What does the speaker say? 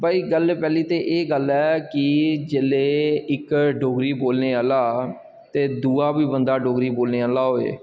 भई गल्ल पैह्ली ते एह् गल्ल ऐ कि जेल्लै इक डोगरी बोलने आह्ला ते दूआ बी बंदा डोगरी बोलने आह्ला होऐ